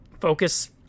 focus